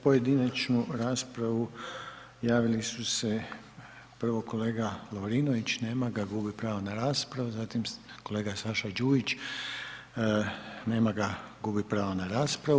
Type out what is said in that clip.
Za pojedinačnu raspravu javili su se prvo kolega Lovrinović, nema ga, gubi pravo na raspravu, zatim kolega Saša Đujić, nema ga, gubi pravo na raspravu.